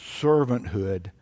servanthood